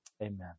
Amen